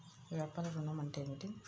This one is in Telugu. వ్యాపార ఋణం అంటే ఏమిటి?